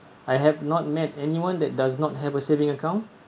I have not met anyone that does not have a saving account